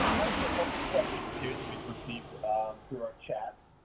it's time for a couple of questions here that we've received through our chat.